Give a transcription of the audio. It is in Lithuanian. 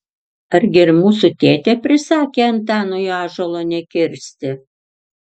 argi ir mūsų tėtė prisakė antanui ąžuolo nekirsti